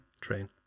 Train